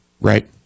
Right